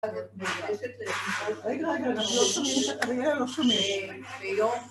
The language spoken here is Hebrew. יש את... רגע, רגע, אנחנו לא שומעים, אריאלה, לא שומעים.